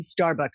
Starbucks